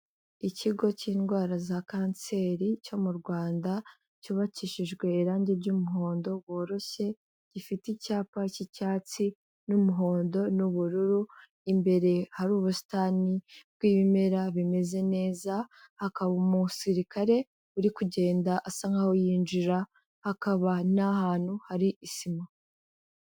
Ikigo cy'indwara za canseri cyo mu Rwanda cyubakishijwe irangi ry'umuhondo bworoshye. Gifite icyapa cy'icyatsi, n'umuhondo, n'ubururu. Imbere hari ubusitani bw'ibimera bimeze neza, hakaba umusirikare uri kugenda asa nk'aho yinjira, hakaba n'ahantu hari isima.